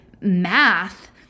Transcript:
math